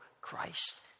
Christ